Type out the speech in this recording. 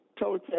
told